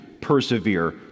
persevere